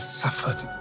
suffered